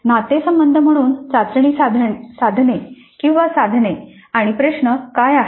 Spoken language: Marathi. नातेसंबंध म्हणून चाचणी साधने किंवा साधने आणि प्रश्न काय आहेत